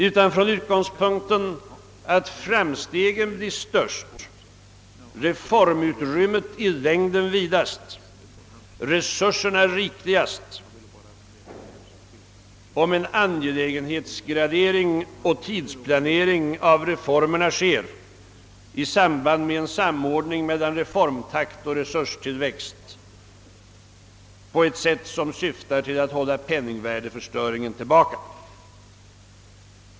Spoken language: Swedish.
Utan från utgångspunkten att framstegen blir störst, reformutrymmet i längden vidast, resurserna rikligast om en angelägenhetsgradering och tidsplanering av reformerna göres i samband med en samordning mellan reformtakt och resurstillväxt på ett sätt som syftar till att hålla penningvärdeförstöringen tillbaka.